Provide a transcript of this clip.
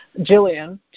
jillian